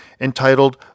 entitled